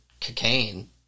Cocaine